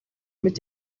mit